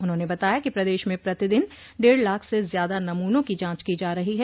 उन्होंने बताया कि प्रदेश में प्रतिदिन डेढ़ लाख से ज्यादा नमूनों की जांच की जा रही है